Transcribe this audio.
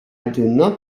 don’t